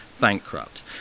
bankrupt